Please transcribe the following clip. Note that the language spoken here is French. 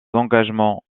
engagements